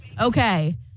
Okay